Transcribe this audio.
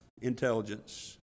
intelligence